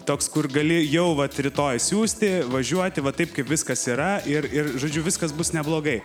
toks kur gali jau vat rytoj siųsti važiuoti va taip kaip viskas yra ir ir žodžiu viskas bus neblogai